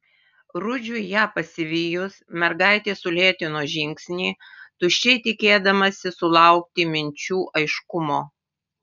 rudžiui ją pasivijus mergaitė sulėtino žingsnį tuščiai tikėdamasi sulaukti minčių aiškumo